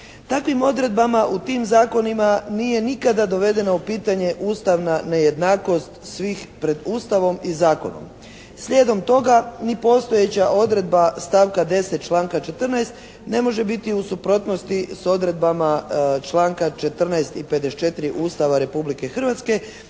Takvim odredbama u tim zakonima nije nikada dovedeno u pitanje ustavna nejednakost svih pred Ustavom i zakonom. Slijedom toga ni postojeća odredba stavka 10., članka 14. ne može biti u suprotnosti s odredbama članka 14. i 54. Ustava Republike Hrvatske